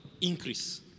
increase